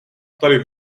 tady